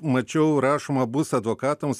mačiau rašoma bus advokatams